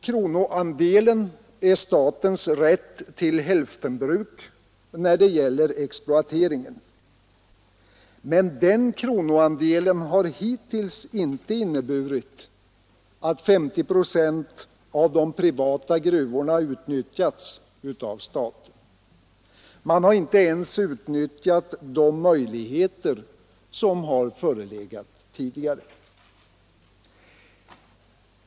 Kronoandelen är statens rätt till hälftenbruk när det gäller exploateringen. Men den kronoandelen har hittills inte inneburit att 50 procent av de privata gruvorna utnyttjats av staten. Man har inte ens utnyttjat de möjligheter som har förelegat tidigare.